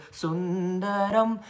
sundaram